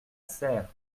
serres